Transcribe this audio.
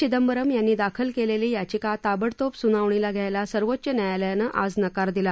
चिदंबरम यांनी दाखल केलेली याचिका ताबडतोब सुनावणीला घ्यायला सर्वोच्च न्यायालयानं आज नकार दिला